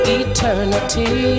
eternity